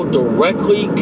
directly